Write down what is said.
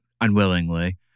unwillingly